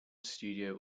studio